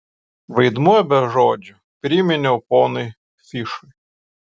vaidmuo be žodžių priminiau poniui fišui